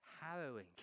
Harrowing